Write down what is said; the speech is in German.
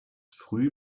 früh